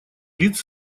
лиц